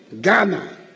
Ghana